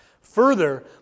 Further